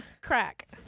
crack